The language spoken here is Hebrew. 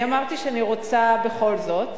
אני אמרתי שאני רוצה בכל זאת.